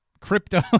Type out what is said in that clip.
crypto